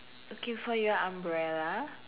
okay for your umbrella